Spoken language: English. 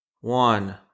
One